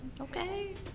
Okay